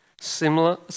similar